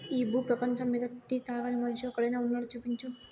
ఈ భూ పేపంచమ్మీద టీ తాగని మనిషి ఒక్కడైనా వున్నాడా, చూపించు